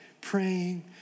praying